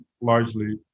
largely